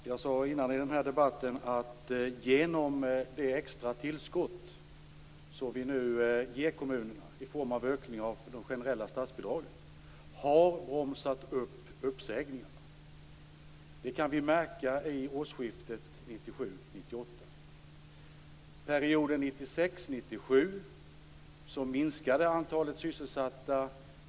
Herr talman! Jag sade tidigare i debatten att vi genom det extra tillskott som vi nu ger kommunerna i form av ökning av de generella statsbidragen har bromsat upp uppsägningarna. Det kan vi märka i årsskiftet 1997-1998.